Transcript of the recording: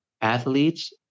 athletes